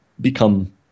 become